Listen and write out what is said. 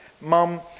Mum